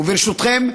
וברשותכם,